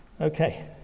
okay